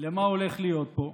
למה שהולך להיות פה,